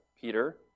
Peter